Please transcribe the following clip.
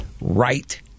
right